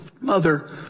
mother